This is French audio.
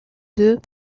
deux